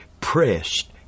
pressed